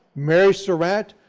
mary surratt,